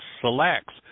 selects